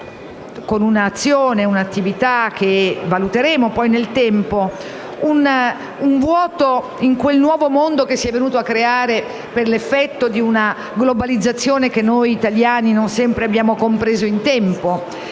con un'azione e un'attività che valuteremo poi nel tempo, un vuoto in quel nuovo mondo che si è venuto a creare per l'effetto di una globalizzazione che noi italiani non sempre abbiamo compreso in tempo.